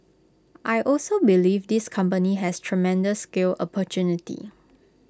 I also believe this company has tremendous scale opportunity